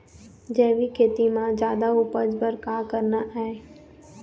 जैविक खेती म जादा उपज बर का करना ये?